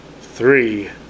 three